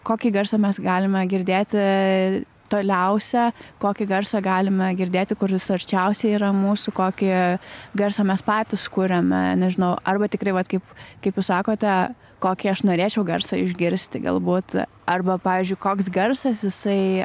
kokį garsą mes galime girdėti toliausią kokį garsą galime girdėti kuris arčiausiai yra mūsų kokį garsą mes patys kuriame nežinau arba tikrai vat kaip kaip jūs sakote kokį aš norėčiau garsą išgirsti galbūt arba pavyzdžiui koks garsas jisai